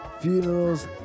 funerals